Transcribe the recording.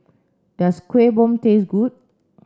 does Kueh Bom taste good